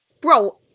Bro